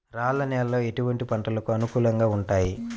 రాళ్ల నేలలు ఎటువంటి పంటలకు అనుకూలంగా ఉంటాయి?